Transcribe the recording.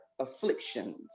Afflictions